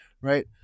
right